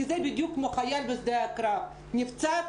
כי זה בדיוק כמו חייל בשדה הקרב - נפצעת,